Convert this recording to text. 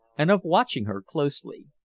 and of watching her closely.